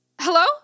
Hello